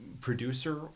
producer